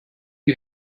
you